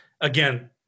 again